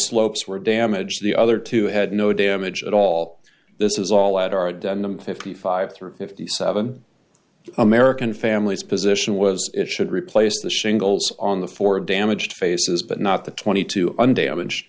slopes were damaged the other two had no damage at all this is all at our fifty five through fifty seven american families position was it should replace the shingles on the four damaged faces but not the twenty two undamage